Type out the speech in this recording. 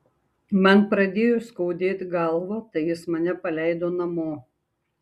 man pradėjo skaudėt galvą tai jis mane paleido namo